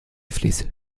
fließt